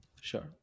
Sure